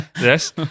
Yes